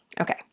Okay